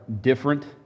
different